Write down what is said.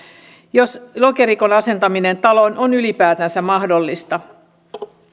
jos lokerikon asentaminen taloon on ylipäätänsä mahdollista